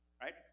right